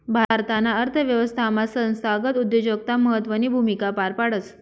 भारताना अर्थव्यवस्थामा संस्थागत उद्योजकता महत्वनी भूमिका पार पाडस